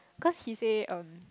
cause he say um